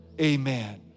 amen